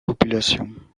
populations